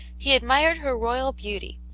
he admired her royal beauty,